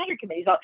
committees